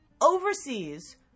overseas